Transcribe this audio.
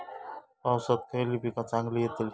पावसात खयली पीका चांगली येतली?